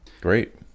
Great